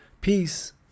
peace